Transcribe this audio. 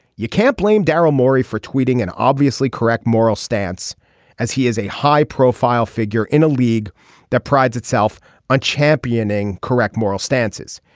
you can't blame daryl morey for tweeting and obviously correct moral stance as he is a high profile figure in a league that prides itself on championing correct moral stances.